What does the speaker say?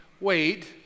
wait